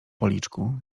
policzku